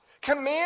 command